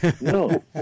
No